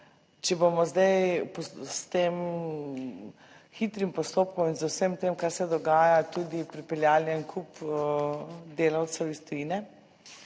če bomo zdaj s tem hitrim postopkom in z vsem tem, kar se dogaja, tudi pripeljali en kup delavcev iz tujine,